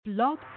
Blog